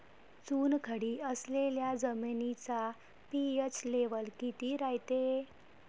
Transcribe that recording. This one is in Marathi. चुनखडी असलेल्या जमिनीचा पी.एच लेव्हल किती रायते?